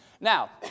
Now